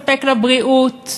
וזה אומר תקציב מספק לבריאות,